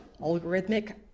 algorithmic